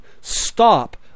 stop